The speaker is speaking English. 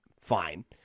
fine